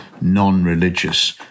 non-religious